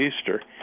Easter